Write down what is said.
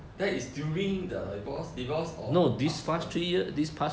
that is during the divor~ divorce or after